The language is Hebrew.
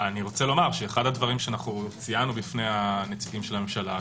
אחד הדברים שציינו בפני נציגי הממשלה,